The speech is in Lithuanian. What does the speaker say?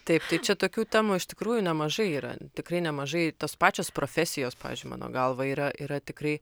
taip tai čia tokių temų iš tikrųjų nemažai yra tikrai nemažai tos pačios profesijos pavyzdžiui mano galva yra yra tikrai